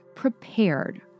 prepared